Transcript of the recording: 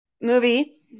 movie